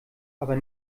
aber